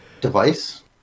Device